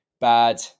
Bad